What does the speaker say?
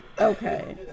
Okay